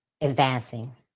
advancing